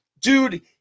dude